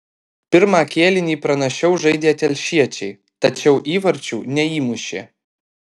pirmą kėlinį pranašiau žaidė telšiečiai tačiau įvarčių neįmušė